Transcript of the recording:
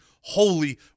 holy